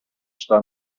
stand